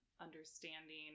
understanding